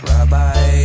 Rabbi